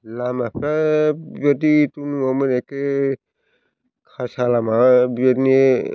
लामाफ्रा बेबायदि एथ'बो नङामोन एखे खासा लामा बेबायदिनो